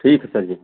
ठीक है सर जी